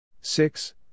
Six